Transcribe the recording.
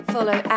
Follow